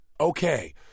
Okay